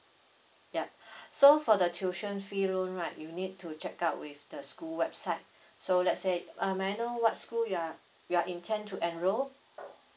ya so for the tuition fee loan right you need to check out with the school website so let's say uh may I know what school you are you are intend to enroll